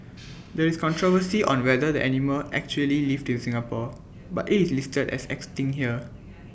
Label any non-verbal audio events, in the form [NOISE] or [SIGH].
[NOISE] there is controversy on whether the animal actually lived in Singapore but IT is listed as extinct here